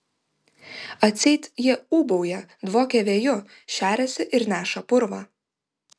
atseit jie ūbauja dvokia vėju šeriasi ir neša purvą